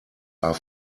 are